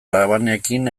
labanekin